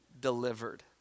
delivered